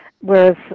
Whereas